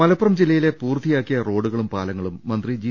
മലപ്പുറം ജില്ലയിലെ പൂർത്തിയാക്കിയ റോഡുകളും പാല ങ്ങളും മന്ത്രി ജി